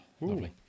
lovely